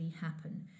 happen